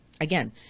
again